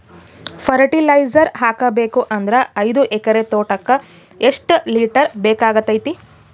Fertiliser ಹಾಕಬೇಕು ಅಂದ್ರ ಐದು ಎಕರೆ ತೋಟಕ ಎಷ್ಟ ಲೀಟರ್ ಬೇಕಾಗತೈತಿ?